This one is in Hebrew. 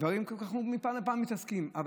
דברים שמפעם לפעם אנחנו מתעסקים בהם,